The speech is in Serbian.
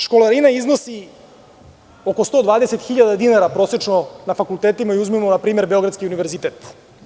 Školarina iznosi oko 120.000 dinara prosečno na fakultetima, uzmimo na primer Beogradski univerzitet.